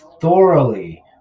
thoroughly